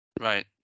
Right